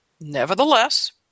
Nevertheless